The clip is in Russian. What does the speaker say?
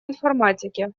информатике